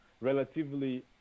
relatively